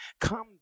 come